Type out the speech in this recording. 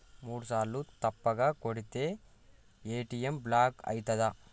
మూడుసార్ల తప్పుగా కొడితే ఏ.టి.ఎమ్ బ్లాక్ ఐతదా?